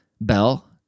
bell